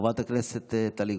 חברת הכנסת טלי גוטליב,